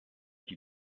die